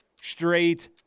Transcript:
straight